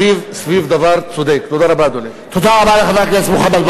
תודה רבה לחבר הכנסת דב חנין.